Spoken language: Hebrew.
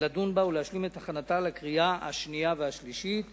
ולדון בה ולהשלים את הכנתה לקריאה השנייה והשלישית.